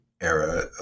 era